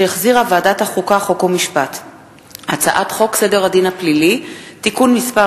הצעת חוק סדר הדין הפלילי (תיקון מס'